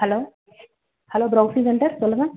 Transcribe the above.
hello hello browsing centre சொல்லுங்கள்